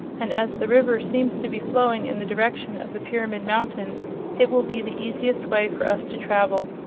and as the river seems to be flowing in the direction of the pyramid mountain it will be the easiest way for us to travel.